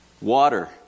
Water